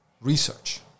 research